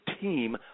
team